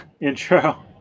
intro